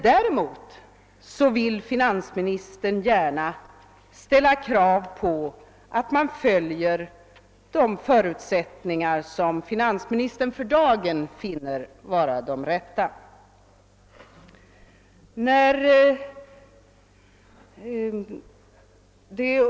Däremot ställer finansministern krav på att dessa skall godta de förutsättningar som finansministern för dagen finner vara det riktiga.